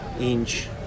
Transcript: inch